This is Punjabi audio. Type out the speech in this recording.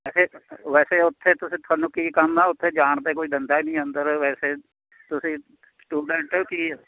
ਵੈਸੇ ਵੈਸੇ ਉੱਥੇ ਤੁਸੀਂ ਤੁਹਾਨੂੰ ਕੀ ਕੰਮ ਆ ਉੱਥੇ ਜਾਣ ਤਾਂ ਕੋਈ ਦਿੰਦਾ ਨਹੀਂ ਅੰਦਰ ਵੈਸੇ ਤੁਸੀਂ ਸਟੂਡੈਂਟ ਹੋ ਕੀ ਹੋ